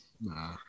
Nah